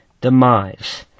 demise